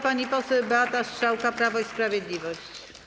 Pani poseł Beata Strzałka, Prawo i Sprawiedliwość.